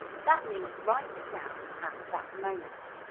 that means write it down at that moment.